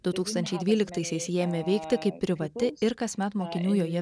du tūkstančiai dvyliktaisiais ji ėmė veikti kaip privati ir kasmet mokinių joje